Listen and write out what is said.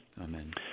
Amen